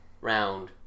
round